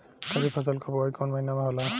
खरीफ फसल क बुवाई कौन महीना में होला?